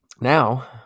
Now